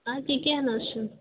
اَدٕ کیٛاہ کیٚنٛہہ نہَ حظ چھُنہٕ